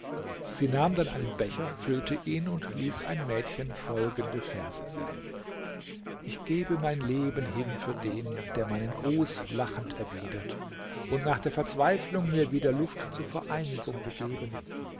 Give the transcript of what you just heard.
sie nahm dann einen becher füllte ihn und ließ ein mädchen folgende verse singen ich gebe mein leben hin für den der meinen gruß lachend erwidert und nach der verzweiflung mir wieder luft zur vereinigung gegeben